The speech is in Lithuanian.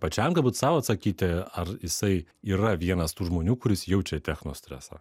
pačiam galbūt sau atsakyti ar jisai yra vienas tų žmonių kuris jaučia technostresą